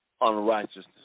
unrighteousness